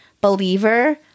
believer